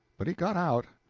but he got out.